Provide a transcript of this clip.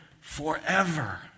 forever